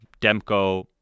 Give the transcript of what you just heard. Demko